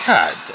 God